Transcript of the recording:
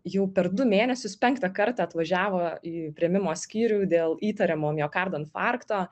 jau per du mėnesius penktą kartą atvažiavo į priėmimo skyrių dėl įtariamo miokardo infarkto